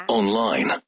online